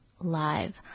live